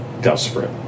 desperate